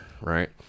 right